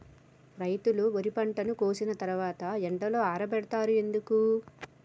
రైతులు వరి పంటను కోసిన తర్వాత ఎండలో ఆరబెడుతరు ఎందుకు?